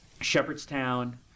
Shepherdstown